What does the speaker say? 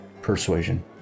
Persuasion